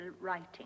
writing